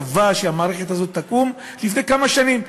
בחוק שקבע שהמערכת הזאת תקום לפני כמה שנים.